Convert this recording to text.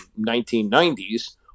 1990s